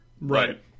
right